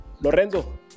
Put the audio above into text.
Lorenzo